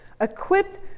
equipped